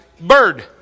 bird